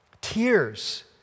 tears